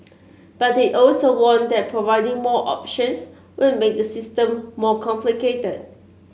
but he also warned that providing more options would make the system more complicated